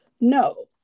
No